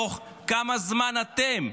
תוך כמה זמן אתם,